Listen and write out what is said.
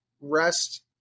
rest